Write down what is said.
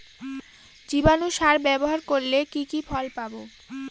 জীবাণু সার ব্যাবহার করলে কি কি ফল পাবো?